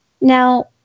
Now